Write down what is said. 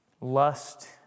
lust